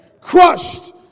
crushed